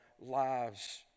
lives